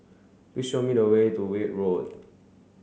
please show me the way to Weld Road